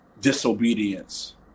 disobedience